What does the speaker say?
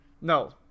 No